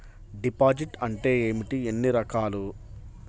Deposit అంటే ఏమిటీ ఎన్ని రకాలు?